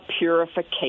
purification